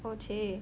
oh !chey!